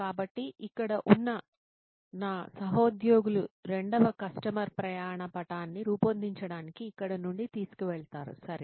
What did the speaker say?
కాబట్టి ఇక్కడ ఉన్న నా సహోద్యోగులు రెండవ కస్టమర్ ప్రయాణ పటాన్ని రూపొందించడానికి ఇక్కడి నుండి తీసుకువెళతారుసరే